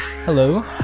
Hello